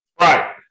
Right